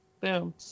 boom